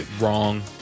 Wrong